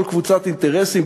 כל קבוצת אינטרסים,